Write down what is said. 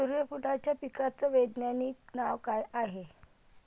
सुर्यफूलाच्या पिकाचं वैज्ञानिक नाव काय हाये?